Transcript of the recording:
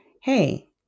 Hey